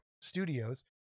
studios